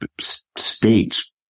States